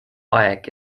aeg